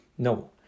No